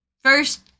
First